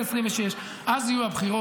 נובמבר 2026, אז יהיו הבחירות.